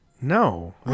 No